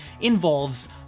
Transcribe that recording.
involves